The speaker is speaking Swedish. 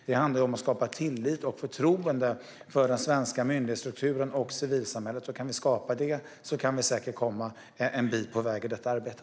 Det handlar om att skapa tillit och förtroende för den svenska myndighetsstrukturen och civilsamhället. Kan vi skapa det kan vi säkert komma en bit på väg i detta arbete.